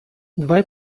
dwaj